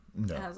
No